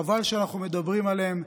חבל שאנחנו מדברים עליהן,